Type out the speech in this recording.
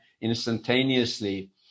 instantaneously